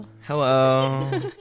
Hello